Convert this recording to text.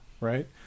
right